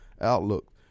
outlook